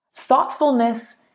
Thoughtfulness